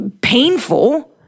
painful